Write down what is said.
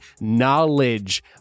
knowledge